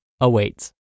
awaits